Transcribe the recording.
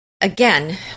again